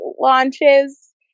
launches